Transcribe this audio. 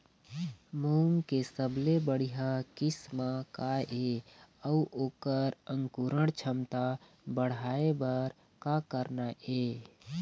मूंग के सबले बढ़िया किस्म का ये अऊ ओकर अंकुरण क्षमता बढ़ाये बर का करना ये?